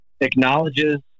acknowledges